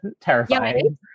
terrifying